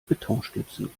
betonstützen